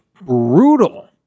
brutal